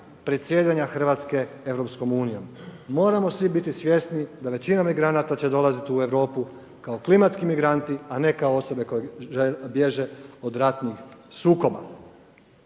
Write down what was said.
predsjedanja Hrvatske EU. Moramo svi biti svjesni da većina migranata će dolaziti u Europu kao klimatski migranti a ne kao osobe koje bježe od ratnih sukoba.